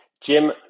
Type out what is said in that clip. Jim